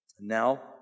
Now